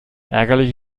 ärgerlich